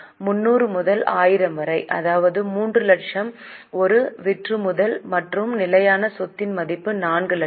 300 முதல் 1000 வரை அதாவது 3 லட்சம் ஒரு விற்றுமுதல் மற்றும் நிலையான சொத்தின் மதிப்பு 4 லட்சம்